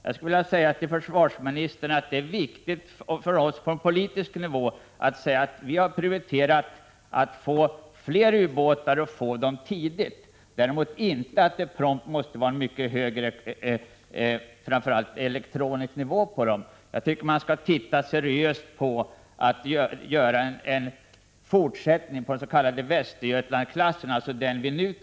Jag skulle vilja säga till försvarsministern att vi från politiskt håll prioriterar att vi får fler ubåtar och får dem tidigt i stället för att det prompt måste vara mycket hög, fram för allt elektronisk, nivå på dem. Jag tycker att man seriöst skall undersöka att satsa vidare på den s.k. Västergötlandsklassen, alltså den som vi bygger.